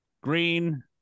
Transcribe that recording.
green